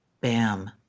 Bam